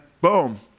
Boom